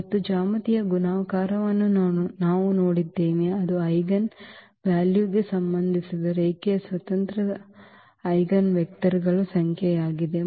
ಮತ್ತು ಜ್ಯಾಮಿತೀಯ ಗುಣಾಕಾರವನ್ನು ನಾವು ನೋಡಿದ್ದೇವೆ ಅದು ಆ ಐಜೆನ್ ವ್ಯಾಲ್ಯೂಗೆ ಸಂಬಂಧಿಸಿದ ರೇಖೀಯ ಸ್ವತಂತ್ರ ಸ್ವತಂತ್ರ ಐಜೆನ್ ವೆಕ್ಟರ್ಗಳ ಸಂಖ್ಯೆಯಾಗಿದೆ